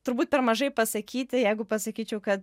turbūt per mažai pasakyti jeigu pasakyčiau kad